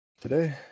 today